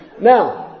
Now